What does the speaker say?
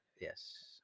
yes